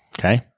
Okay